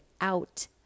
out